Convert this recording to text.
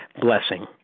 blessing